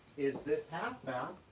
is this half now,